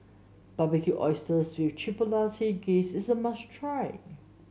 Barbecued Oysters with Glaze is a must try